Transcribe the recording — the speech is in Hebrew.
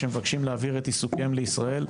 שמבקשים להעביר את עיסוקיהם לישראל.